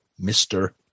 Mr